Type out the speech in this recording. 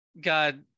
God